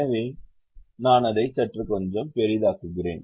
எனவே நான் அதை சற்று கொஞ்சம் பெரிதாக்குகிறேன்